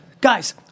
guys